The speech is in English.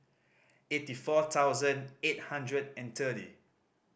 eighty four thousand eight hundred and thirty